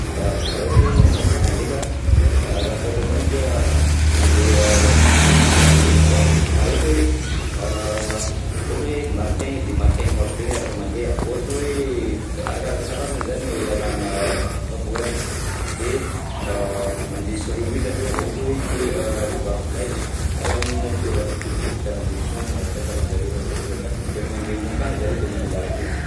A raha ohatra hoe aminà vorogna ndreka a raha fahitako ananjy an, mandeha vondrona koa, raha ohatra hoe a ohatra hoe martin, de martin marobe miaraka mandeha, ohatra hoe arakaraka karazany zany iarahana vorogna, de a mandeha tsiroiroy zareo raha ohatra hoe te a hoe vavy lahy zany, ka raha ny natiora, de karanzegny foagna fahitako aninjareo rehefa ohatra raha, rehefa mandeha homan-kanina zareo de mandeha marobe.